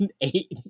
eight